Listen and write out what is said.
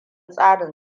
tsarin